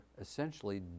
essentially